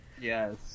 Yes